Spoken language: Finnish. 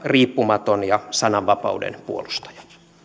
riippumaton ja sananvapauden puolustaja no